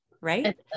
right